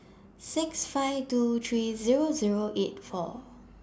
six five two three Zero Zero eight four